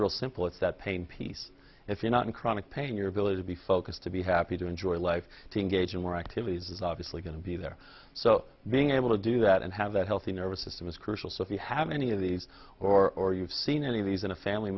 real simple it's that pain piece if you're not in chronic pain your ability to be focused to be happy to enjoy life to engage in more activities is obviously going to be there so being able to do that and have that healthy nervous system is crucial so if you have any of these or or you've seen any of these in a family